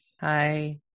Hi